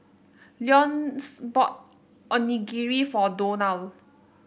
Leonce bought Onigiri for Donal